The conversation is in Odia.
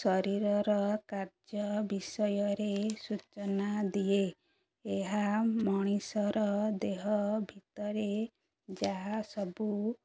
ଶରୀରର କାର୍ଯ୍ୟ ବିଷୟରେ ସୂଚନା ଦିଏ ଏହା ମଣିଷର ଦେହ ଭିତରେ ଯାହା ସବୁ